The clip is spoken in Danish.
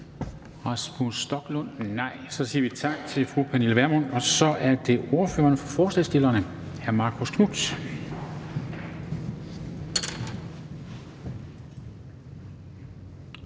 Dam Kristensen): Så siger vi tak til fru Pernille Vermund, og så er det ordføreren for forslagsstillerne, hr. Marcus Knuth.